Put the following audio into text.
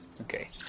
Okay